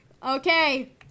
Okay